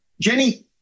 Jenny